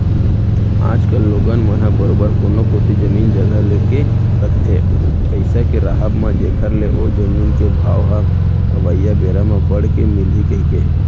आज कल लोगन मन ह बरोबर कोनो कोती जमीन जघा लेके रखथे पइसा के राहब म जेखर ले ओ जमीन के भाव ह अवइया बेरा म बड़ के मिलही कहिके